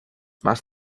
más